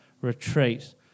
retreat